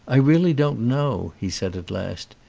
i really don't know, he said at last,